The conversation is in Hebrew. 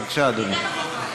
בבקשה, אדוני.